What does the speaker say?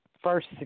first